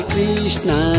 Krishna